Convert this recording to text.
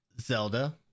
Zelda